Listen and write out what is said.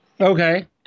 Okay